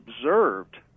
observed